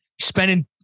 Spending